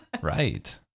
right